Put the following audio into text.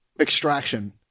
Extraction